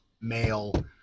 male